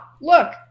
look